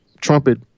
trumpet